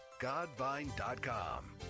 godvine.com